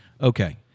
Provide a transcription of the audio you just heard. okay